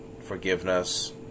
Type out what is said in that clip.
forgiveness